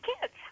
kids